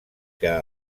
que